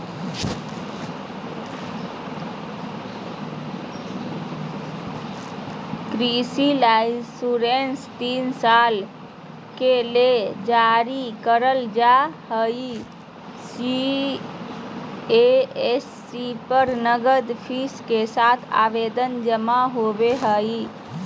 कृषि लाइसेंस तीन साल के ले जारी करल जा हई सी.एस.सी पर नगद फीस के साथ आवेदन जमा होवई हई